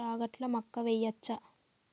రాగట్ల మక్కా వెయ్యచ్చా?